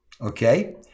Okay